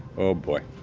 oh boy.